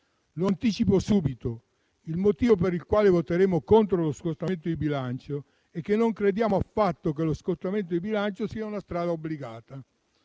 Lo anticipo subito: il motivo per il quale voteremo contro lo scostamento di bilancio è che non crediamo affatto che lo scostamento di bilancio sia una strada obbligata.